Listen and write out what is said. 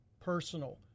personal